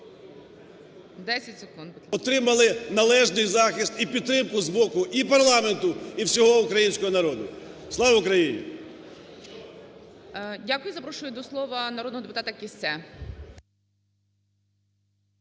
…отримали належний захист і підтримку з боку і парламенту, і всього українського народу. Слава Україні! ГОЛОВУЮЧИЙ. Дякую. Запрошую до слова народного депутата Кіссе.